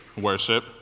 worship